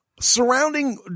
surrounding